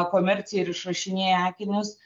komercija ir išrašinėja akinius